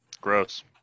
Gross